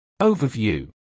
Overview